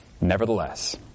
Nevertheless